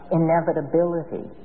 inevitability